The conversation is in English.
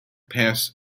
pass